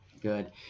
good